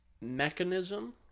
mechanism